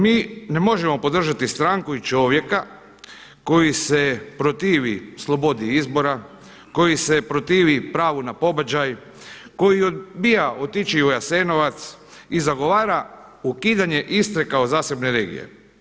Mi ne možemo podržati stranku i čovjeka koji se protivi slobodi izbora, koji se protivi pravu na pobačaj, koji odbija otići u Jasenovac i zagovara ukidanje Istre kao zasebne regije.